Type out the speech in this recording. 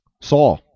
Saw